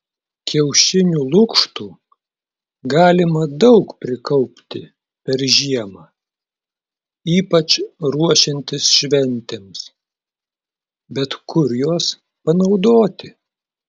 kiaušinių lukštų galima daug prikaupti per žiemą ypač ruošiantis šventėms bet kur juos panaudoti